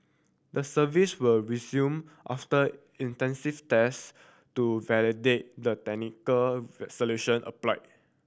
the service were resumed after intensive test to validate the technical solution applied